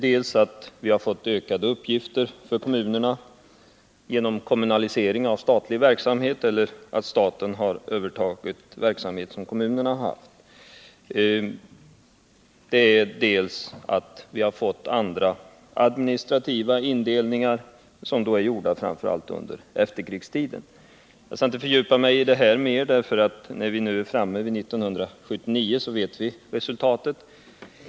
Dels har kommunerna fått ökade uppgifter genom kommunalisering av statlig verksamhet samtidigt som staten övertagit verksamhet som kommunerna tidigare har haft, dels har kommunerna fått andra administrativa indelningar. Dessa har gjorts framför allt under efterkrigstiden. Jag skall inte fördjupa mig mer i detta, därför att nu 1979 vet vi resultatet.